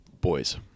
boys